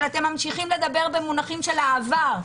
אבל אתם ממשיכים לדבר במונחים של העבר,